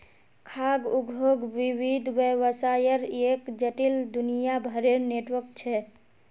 खाद्य उद्योग विविध व्यवसायर एक जटिल, दुनियाभरेर नेटवर्क छ